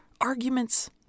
arguments